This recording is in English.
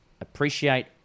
appreciate